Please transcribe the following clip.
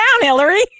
Hillary